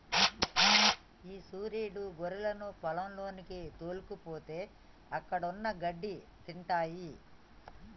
ఈ సురీడు గొర్రెలను పొలంలోకి తోల్కపోతే అక్కడున్న గడ్డి తింటాయి